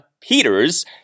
Peters